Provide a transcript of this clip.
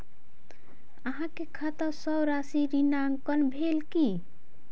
अहाँ के खाता सॅ राशि ऋणांकन भेल की?